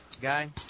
guy